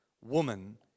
Woman